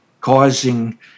causing